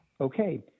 okay